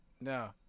no